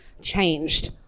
changed